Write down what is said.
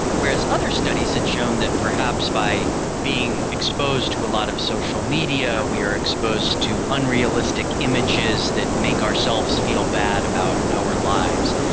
whereas other studies studies had shown that perhaps by being exposed to a lot of social media we are exposed to unrealistic images that make ourselves feel bad about our lives.